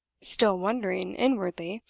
still wondering inwardly,